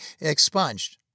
expunged